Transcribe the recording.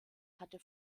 hatte